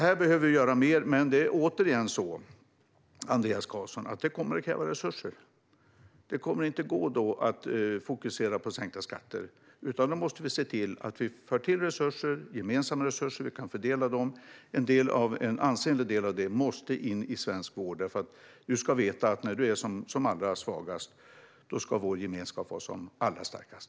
Här behöver vi alltså göra mer. Men det är återigen så, Andreas Carlson, att det kommer att kräva resurser. Då kommer det inte att gå att fokusera på sänkta skatter, utan då måste vi se till att vi för till resurser, gemensamma resurser, och kan fördela dem. En ansenlig del av det måste in i svensk vård, för du ska veta att när du är som allra svagast ska vår gemenskap vara som allra starkast.